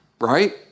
right